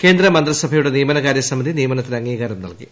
കേന്ദ്ര മന്ത്രിസഭയുടെ നിയമനകാരൃ സമിതി നിയമനത്തിന് അംഗീകാരം നൽകി